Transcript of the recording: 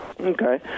Okay